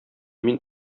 мин